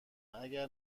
اگر